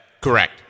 correct